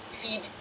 feed